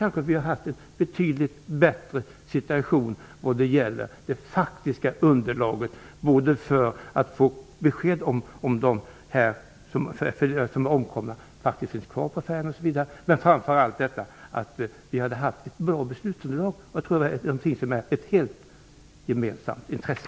Då hade vi kanske haft en betydligt bättre situation när det gäller det faktiska underlaget för att få besked om de omkomna finns kvar på färjan. Men framför allt hade vi haft ett bra beslutsunderlag. Det tror jag är ett gemensamt intresse.